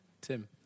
Tim